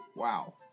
Wow